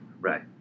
Right